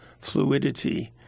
fluidity